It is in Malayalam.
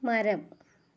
മരം